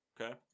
Okay